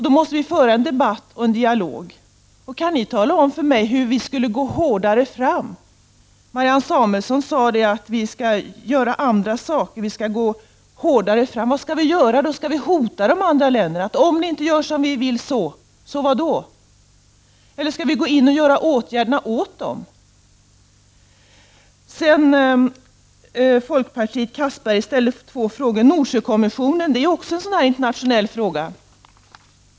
Då måste vi föra en debatt och en dialog. Kan ni tala om för mig hur vi skulle gå ”hårdare fram”? Marianne Samuelsson sade att vi skulle göra andra saker, vi skulle gå hårdare fram. Vad skall vi göra då? Skall vi hota de andra länderna? Om ni inte gör som vi vill, så ——-—. Så vad då? Eller skall vi gå in och göra åtgärderna åt dem? Anders Castberger från folkpartiet ställer två frågor. Den om Nordsjökommissionen gäller också en sådan här internationell fråga.